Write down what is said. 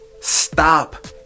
stop